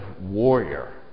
Warrior